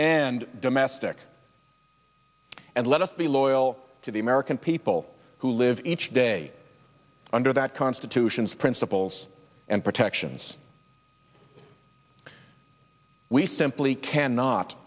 and domestic and let us be loyal to the american people who live each day under that constitution's principles and protections we simply cannot